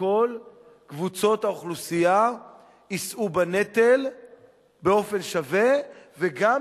שכל קבוצות האוכלוסייה יישאו בנטל באופן שווה וגם,